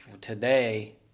today